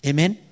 Amen